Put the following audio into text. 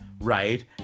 right